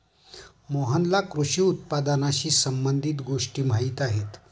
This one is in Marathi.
मोहनला कृषी उत्पादनाशी संबंधित गोष्टी माहीत आहेत